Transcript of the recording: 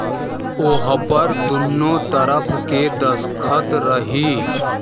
ओहपर दुन्नो तरफ़ के दस्खत रही